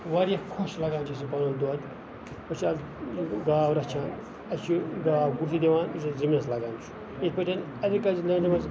واریاہ خۄش چھُ لَگان اَسہِ یہِ پَنُن دۄد أسۍ چھِ اَتھ گاو رَچھان اسہِ چھِ گاو گُہہ تہِ دِوان یُس اَسہِ زٔمیٖنَس لَگان چھُ یِتھ پٲٹھۍ ایٚگرِکَلچَر لینڈ مَنٛزٕ